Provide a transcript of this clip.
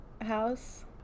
house